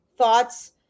thoughts